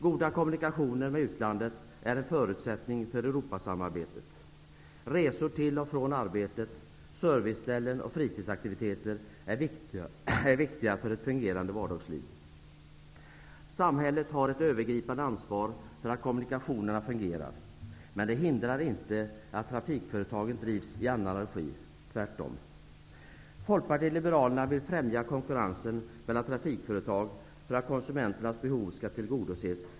Goda kommunikationer med utlandet är en förutsättning för Europasamarbetet. Resor till och från arbetet, serviceställen och fritidsaktiviteter är viktiga för ett fungerande vardagsliv. Samhället har ett övergripande ansvar för att kommunikationerna fungerar. Men det hindrar inte att trafikföretagen drivs i annan regi, tvärtom.